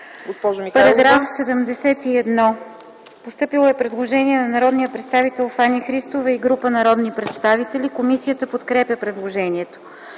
МИХАЙЛОВА: Постъпило е предложение от народния представител Фани Христова и група народни представители за § 24. Комисията подкрепя предложението.